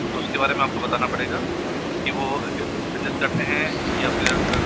तो उसके बारे में आपको बताना पड़ेगा कि वो बिजनेस करते हैं या फिर